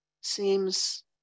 seems